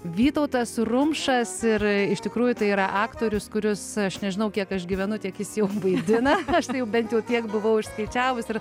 vytautas rumšas ir iš tikrųjų tai yra aktorius kuris aš nežinau kiek aš gyvenu tiek jis jau vaidina aš tai jau bent jau tiek buvau išskaičiavus ir